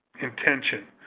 intention